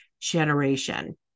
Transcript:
generation